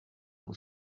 vous